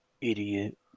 idiot